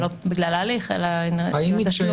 זה לא בגלל ההליך אלא זה --- האם